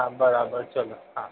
હા બરાબર ચાલો